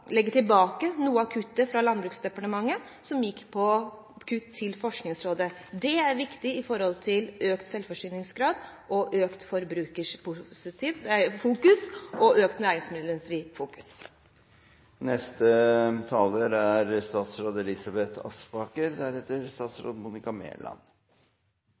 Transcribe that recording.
legge tilbake noe av kuttet fra Landbruksdepartementet som gikk på kutt til Forskningsrådet. Det er viktig for økt selvforsyningsgrad, økt forbrukerfokus og økt